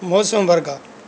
ਮੌਸਮ ਵਰਗਾ